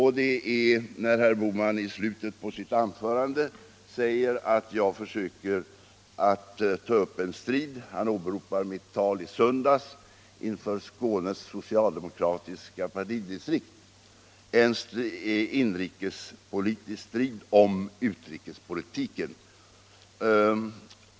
Herr Bohman sade 'i slutet av sitt anförande att jag försöker ta upp — han åberopade mitt tal i söndags inför Skånes socialdemokratiska partidistrikt — en inrikespolitisk strid om utrikespolitiken.